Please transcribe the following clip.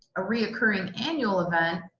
a reoccurring annual event,